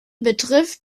betrifft